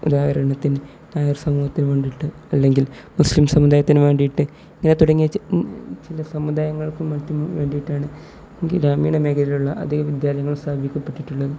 ഉദാഹരണത്തിന് നായർ സമൂഹത്തിനു വേണ്ടിയിട്ട് അല്ലെങ്കിൽ മുസ്ലിം സമുദായത്തിനു വേണ്ടിയിട്ട് ഇങ്ങനെ തുടങ്ങിയ ചില സമുദായങ്ങൾക്കും മറ്റും വേണ്ടിയിട്ടാണ് ഗ്രാമീണ മേഖലയിലുള്ള അധിക വിദ്യാലയങ്ങൾ സ്ഥാപിക്കപ്പെട്ടിട്ടുള്ളത്